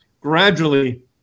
gradually